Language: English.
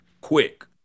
quick